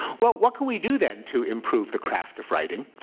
well, what can we do then to improve the craft of writing?